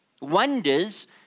Wonders